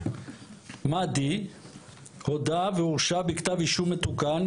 מאדי הודה והורשע בכתב אישום מתוקן,